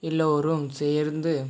எல்லோரும் சேர்ந்து